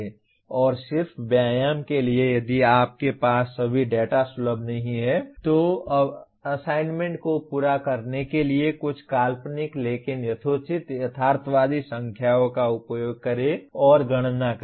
और सिर्फ व्यायाम के लिए यदि आपके पास सभी डेटा सुलभ नहीं हैं तो असाइनमेंट को पूरा करने के लिए कुछ काल्पनिक लेकिन यथोचित यथार्थवादी संख्याओं का उपयोग करें और गणना करें